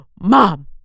Mom